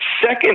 second